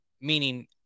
meaning